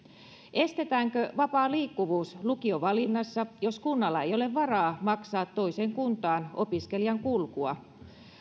estetäänkö vapaa liikkuvuus lukiovalinnassa jos kunnalla ei ole varaa maksaa toiseen kuntaan opiskelijan kulkua